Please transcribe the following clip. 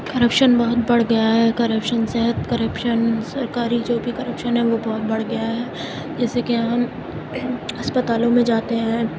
corruption بہت بڑھ گیا ہے کرپشن صحت کرپشن سرکاری جو بھی کرپشن ہے وہ بہت بڑھ گیا ہے جیسے کہ ہم اسپتالوں میں جاتے ہیں